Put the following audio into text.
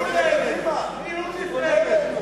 מי הוא שיפנה אלינו?